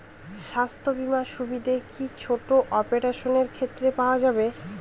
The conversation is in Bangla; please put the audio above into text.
স্বাস্থ্য বীমার সুবিধে কি ছোট অপারেশনের ক্ষেত্রে পাওয়া যাবে?